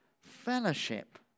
fellowship